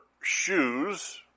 shoes